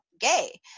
gay